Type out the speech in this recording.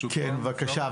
בבקשה.